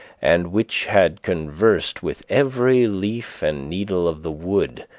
and which had conversed with every leaf and needle of the wood,